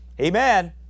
Amen